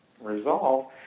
resolve